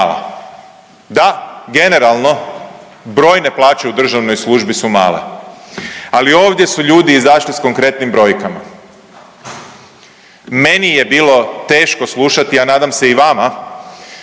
da generalno brojne plaće u državnoj službi su male, ali ovdje su ljudi izašli s konkretnim brojkama. Meni je bilo teško slušati, a nadam se i vama